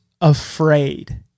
afraid